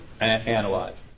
analyzed